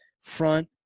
front